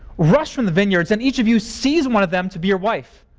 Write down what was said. rush from the vineyards and each of you seize one of them to be your wife.